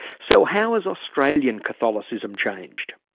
so how has australian catholicism changed?